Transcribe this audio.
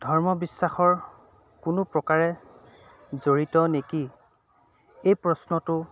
ধৰ্মবিশ্বাসৰ কোনো প্ৰকাৰে জড়িত নেকি এই প্ৰশ্নটো